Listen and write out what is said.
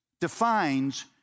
defines